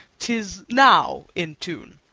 tis now in tune.